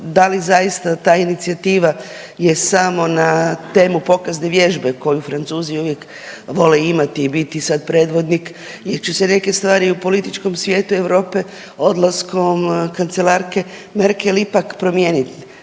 da li zaista ta inicijativa je samo na temu pokazne vježbe koju Francuzi uvijek vole imati i biti sad predvodnik jer će se neke stvari u političkom svijetu Europe odlaskom kancelarke Merkel ipak promijeniti.